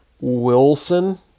Wilson